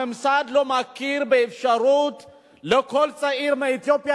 הממסד לא מכיר באפשרות של כל צעיר מאתיופיה